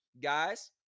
Guys